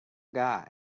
guy